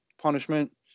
punishment